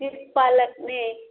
ꯁꯤ ꯄꯥꯂꯛꯅꯦ